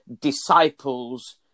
disciples